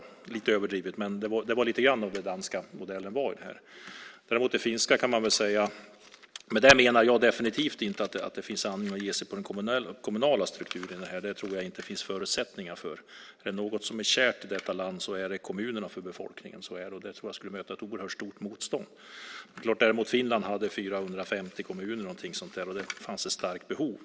Det är lite överdrivet, men det var lite grann så som den danska modellen var. När det gäller Finland vill jag säga att jag definitivt inte menar att det finns anledning att ge sig på den kommunala strukturen här, det tror jag inte att det finns förutsättningar för. Är det något som är kärt i detta land för befolkningen så är det kommunerna, och jag tror det skulle möta ett oerhört stort motstånd. Finland däremot hade 450 kommuner eller någonting sådant och det fanns ett starkt behov.